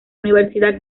universidad